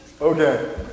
Okay